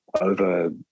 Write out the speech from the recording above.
over